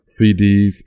CDs